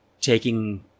taking